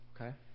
Okay